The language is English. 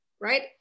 right